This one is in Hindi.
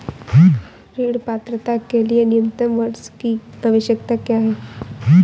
ऋण पात्रता के लिए न्यूनतम वर्ष की आवश्यकता क्या है?